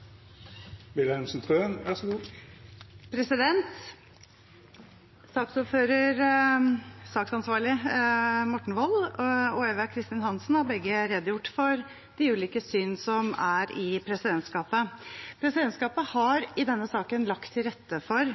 Eva Kristin Hansen har begge redegjort for de ulike syn som er i presidentskapet. Presidentskapet har i denne saken lagt til rette for